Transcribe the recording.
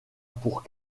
pour